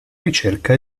ricerca